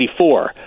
1984